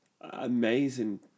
amazing